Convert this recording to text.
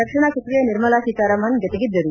ರಕ್ಷಣಾ ಸಚಿವೆ ನಿರ್ಮಲಾ ಸೀತಾರಾಮನ್ ಜತೆಗಿದ್ದರು